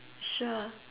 sure